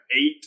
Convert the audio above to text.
eight